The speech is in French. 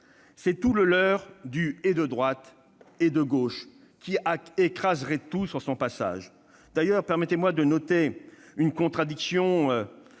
C'est tout le leurre du « et droite, et gauche », qui écraserait tout sur son passage. D'ailleurs, permettez-moi de noter une contradiction